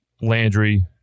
Landry